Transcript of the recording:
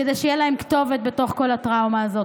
כדי שתהיה להם כתובת בתוך כל הטראומה הזו.